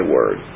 Word